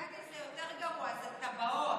גדי, זה יותר גרוע, זה טבעות.